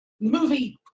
movie